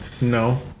No